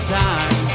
time